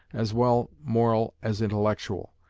as well moral as intellectual,